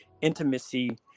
intimacy